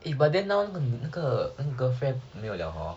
eh but then now 那个那个 and girlfriend 没有了 hor